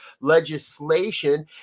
legislation